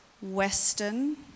Western